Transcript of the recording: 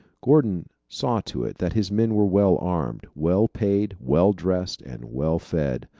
gordon saw to it that his men were well armed, well paid, well dressed, and well fed.